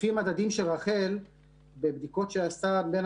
לפי מדדים של רח"ל בבדיקות שעשו בין